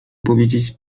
powiedzieć